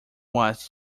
was